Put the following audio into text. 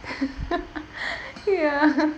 ya